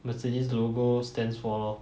Mercedes logo stands for lor